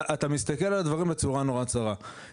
אנחנו בנינו Hub כדי לאפשר למתיישבים להגיע,